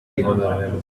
ear